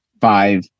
five